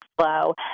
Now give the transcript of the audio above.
slow